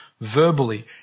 Verbally